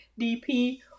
DP